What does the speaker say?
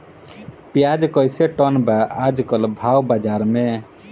प्याज कइसे टन बा आज कल भाव बाज़ार मे?